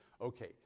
Okay